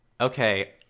Okay